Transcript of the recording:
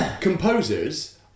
composers